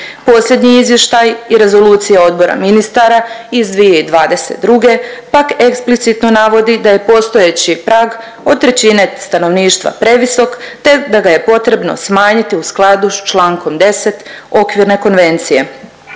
Posljednji izvještaj i rezolucija Odbora ministara iz 2022., pak eksplicitno navodi da je postojeći prag od trećine stanovništva previsok te da ga je potrebno smanjiti u skladu s čl. 10 okvirne konvencije.